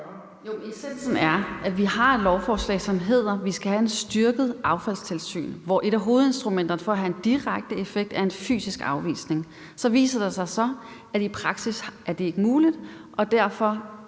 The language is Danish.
Jamen essensen er, at vi har et lovforslag, som siger, at vi skal have et styrket affaldstilsyn, hvor et af hovedinstrumenterne i forhold til at få en direkte effekt er en fysisk afvisning. Så viser det sig så, at det i praksis ikke er muligt, og derfor